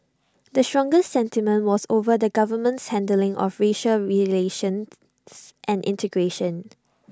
the strongest sentiment was over the government's handling of racial relations and integration